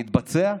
מתבצע?